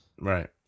Right